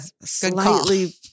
slightly